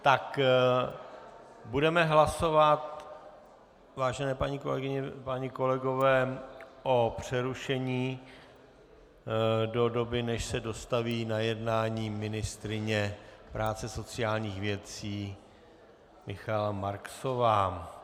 Tak budeme hlasovat, vážené paní kolegyně, páni kolegové, o přerušení do doby, než se dostaví na jednání ministryně práce a sociálních věcí Michaela Marksová.